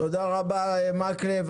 תודה רבה, חבר הכנסת מקלב.